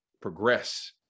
progress